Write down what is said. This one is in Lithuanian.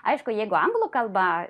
aišku jeigu anglų kalba